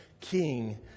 king